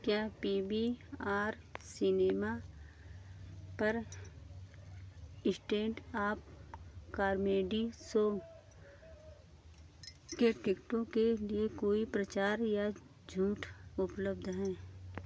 क्या P B R cinema पर stand up comedy show के टिकटों के लिए कोई प्रचार या छूट उपलब्ध है